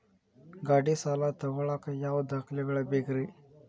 ಗಾಡಿ ಸಾಲ ತಗೋಳಾಕ ಯಾವ ದಾಖಲೆಗಳ ಬೇಕ್ರಿ?